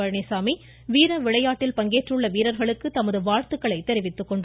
பழனிசாமி வீர விளையாட்டில் பங்கேற்றுள்ள வீரர்களுக்கு தமது வாழ்த்துக்களை தெரிவித்துக் கொண்டார்